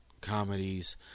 comedies